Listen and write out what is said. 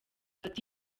ati